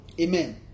amen